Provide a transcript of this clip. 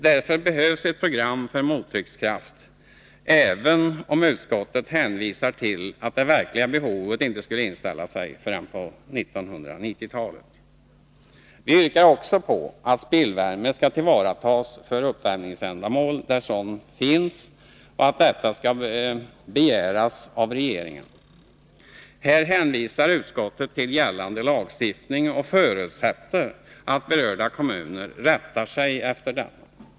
Därför behövs ett program för mottryckskraft, även om utskottet hänvisar till att det verkliga behovet inte skulle inträda förrän på 1990-talet. Vi yrkar också på att spillvärme skall tillvaratas för uppvärmningsändamål där sådan finns och att detta skall begäras av regeringen. Här hänvisar utskottet till gällande lagstiftning och förutsätter att berörda kommuner rättar sig efter denna.